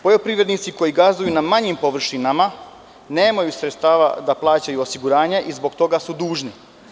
Poljoprivrednici koji gazduju na manjim površinama nemaju sredstava da plaćaju osiguranja i zbog toga su dužni.